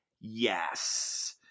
Yes